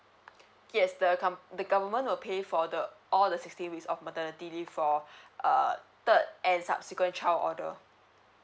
yes the gov~ the government will pay for the all the sixteen weeks of maternity leave for uh third and subsequent child order